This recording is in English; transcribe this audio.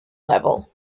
level